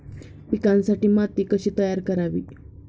पिकांसाठी माती कशी तयार करावी?